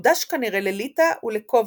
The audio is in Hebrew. מוקדש כנראה לליטא ולקובנה,